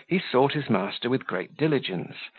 he sought his master with great diligence,